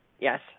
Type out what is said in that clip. Yes